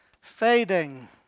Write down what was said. Fading